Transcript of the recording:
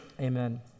Amen